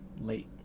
late